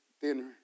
thinner